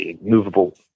movable